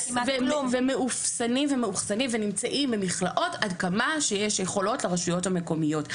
והם מאופסנים במכלאות עד כמה שיש יכולות לרשויות המקומיות.